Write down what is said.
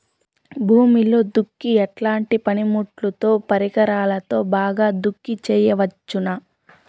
భూమిలో దుక్కి ఎట్లాంటి పనిముట్లుతో, పరికరాలతో బాగా దుక్కి చేయవచ్చున?